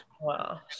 Wow